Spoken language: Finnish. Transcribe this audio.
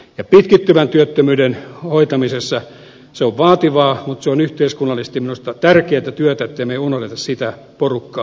pitkittyvän työttömyyden hoitaminen on vaativaa mutta se on yhteiskunnallisesti minusta tärkeätä työtä ettemme me unohda sitä porukkaa